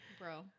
Bro